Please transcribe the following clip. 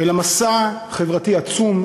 אלא מסע חברתי עצום,